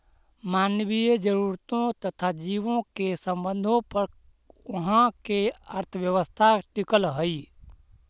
मानवीय जरूरतों तथा जीवों के संबंधों पर उहाँ के अर्थव्यवस्था टिकल हई